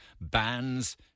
bands